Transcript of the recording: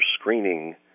screening